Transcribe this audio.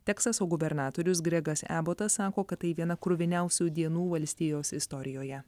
teksaso gubernatorius gregas ebotas sako kad tai viena kruviniausių dienų valstijos istorijoje